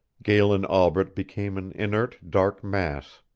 galen albret became an inert dark mass.